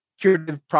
curative